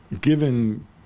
given